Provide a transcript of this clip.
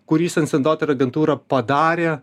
kurį sons and daughter agentūra padarė